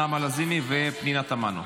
נעמה לזימי ופנינה תמנו.